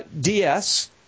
DS